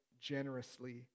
generously